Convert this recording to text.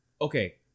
Okay